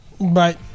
Bye